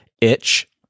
itch